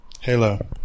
Halo